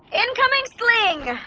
incoming sling!